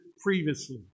previously